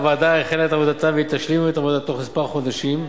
הוועדה החלה את עבודתה והיא תשלים אותה בתוך חודשים מספר,